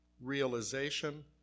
realization